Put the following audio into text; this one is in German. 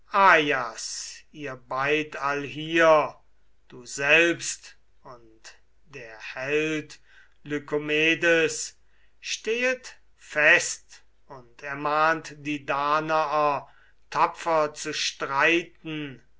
ihr beid allhier du selbst und der held lykomedes stehet fest und ermahnt die danaer tapfer zu streiten